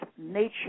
nature